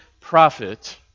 prophet